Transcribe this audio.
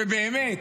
באמת,